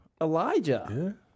Elijah